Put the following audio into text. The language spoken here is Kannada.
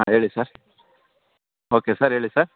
ಹಾಂ ಹೇಳಿ ಸರ್ ಓಕೆ ಸರ್ ಹೇಳಿ ಸರ್